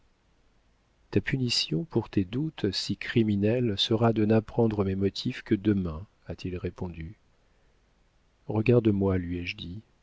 ta punition pour tes doutes si criminels sera de n'apprendre mes motifs que demain a-t-il répondu regarde-moi lui ai-je dit